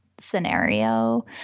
scenario